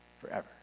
forever